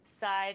side